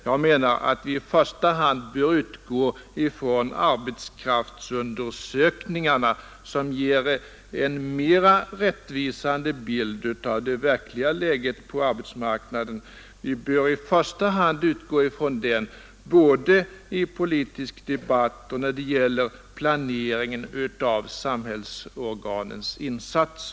Jag menar att vi i första hand bör utgå ifrån arbetskraftsundersökningarna, som ger en mera rättvisande bild av det verkliga läget på arbetsmarknaden. Det bör vi göra både i politisk debatt och när det gäller planeringen av samhällsorganens insatser.